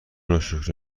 ناشکری